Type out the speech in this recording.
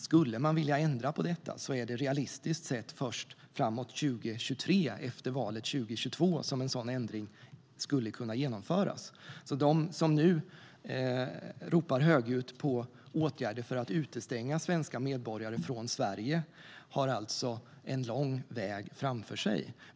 Skulle man vilja ändra på detta är det därmed realistiskt sett först framåt 2023, efter valet 2022, som en sådan ändring skulle kunna genomföras. De som nu ropar högljutt på åtgärder för att utestänga svenska medborgare från Sverige har alltså en lång väg framför sig.